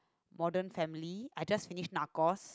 modern family I just finished narcos